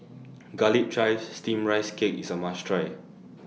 Garlic Chives Steamed Rice Cake IS A must Try